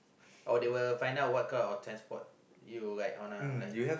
or they will find out what kind of transport you like on ah like